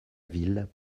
ville